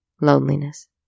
loneliness